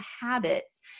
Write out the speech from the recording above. habits